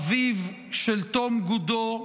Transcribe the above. אביו של תום גודו,